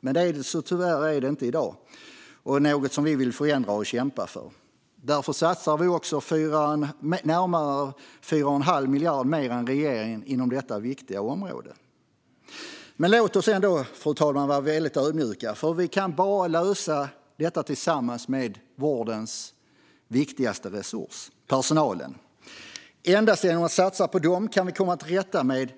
Men så är det tyvärr inte i dag, och det är något vi vill förändra och kämpa för. Därför satsar vi närmare 4 1⁄2 miljard mer än regeringen inom detta viktiga område. Låt oss dock vara väldigt ödmjuka, fru talman, för vi kan bara lösa detta tillsammans med vårdens viktigaste resurs - personalen. Endast genom att satsa på dem kan vi komma till rätta med